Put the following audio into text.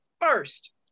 first